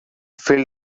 filled